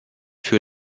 für